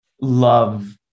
love